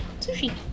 sushi